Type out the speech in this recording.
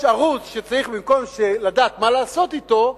יש ערוץ שצריך במקום לדעת מה לעשות אתו,